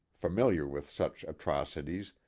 famil iar with such atrocities,